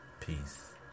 peace